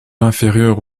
inférieure